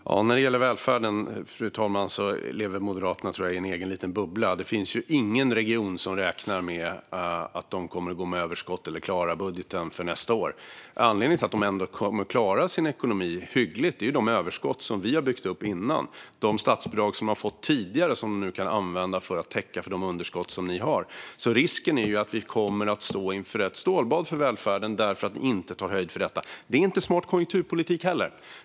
Fru talman! När det gäller välfärden tror jag att Moderaterna lever i en egen liten bubbla. Det finns ju ingen region som räknar med att gå med överskott eller klara budgeten för nästa år. Anledningen till att de ändå klarar sin ekonomi hyggligt är de överskott som vi har byggt upp. Det är statsbidrag som de har fått tidigare och som de kan använda för att täcka de underskott ni skapar. Risken är att välfärden står inför ett stålbad för att ni inte tar höjd för detta. Det är inte smart konjunkturpolitik heller.